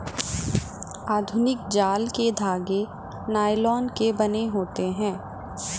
आधुनिक जाल के धागे नायलोन के बने होते हैं